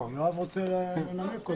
יואב רוצה לנמק.